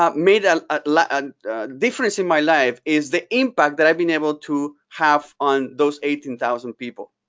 um made ah a like and difference in my life is the impact that i have been able to have on those eighteen thousand people,